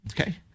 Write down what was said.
Okay